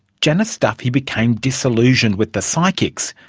janice duffy became disillusioned with the psychics,